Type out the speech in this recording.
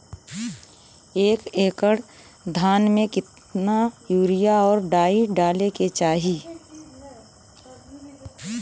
एक एकड़ धान में कितना यूरिया और डाई डाले के चाही?